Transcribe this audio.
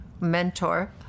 mentor